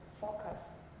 focus